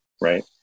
right